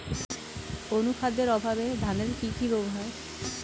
অনুখাদ্যের অভাবে ধানের কি কি রোগ হয়?